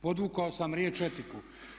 Podvukao sam riječ etiku.